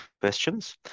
questions